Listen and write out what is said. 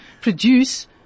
produce